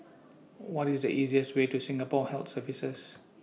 What IS The easiest Way to Singapore Health Services